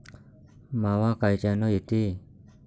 मावा कायच्यानं येते?